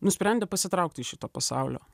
nusprendė pasitraukti iš šito pasaulio